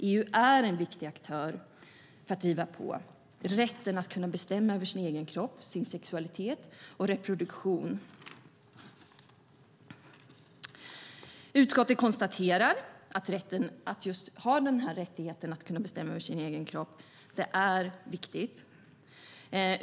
EU är en viktig aktör för att driva på rätten att kunna bestämma över sin egen kropp, sin sexualitet och reproduktion. Utskottet konstaterar att rätten att ha denna rättighet att bestämma över sin egen kropp är viktig.